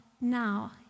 now